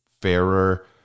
fairer